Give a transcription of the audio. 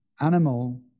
Animal